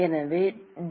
எனவே டி